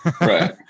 Right